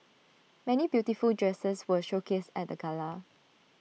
many beautiful dresses were showcased at the gala